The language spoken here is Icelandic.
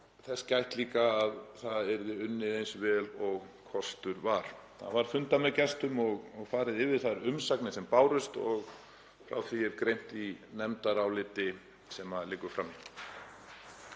þess gætt líka að það yrði unnið eins vel og kostur var. Það var fundað með gestum og farið yfir þær umsagnir sem bárust og frá því er greint í nefndaráliti sem liggur frammi.